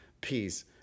Peace